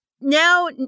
Now